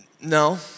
no